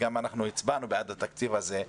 ואנחנו גם הצבענו בעד התקציב הזה,